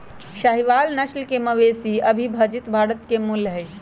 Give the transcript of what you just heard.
साहीवाल नस्ल के मवेशी अविभजित भारत के मूल हई